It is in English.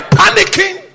panicking